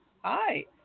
Hi